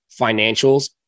financials